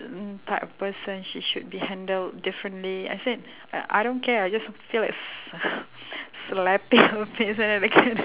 type of person she should be handled differently I said I I don't care I just feel like s~ slapping her face like that